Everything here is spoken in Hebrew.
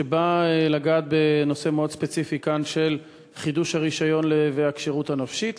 שבאה לגעת בנושא מאוד ספציפי כאן של חידוש הרישיון והכשירות הנפשית,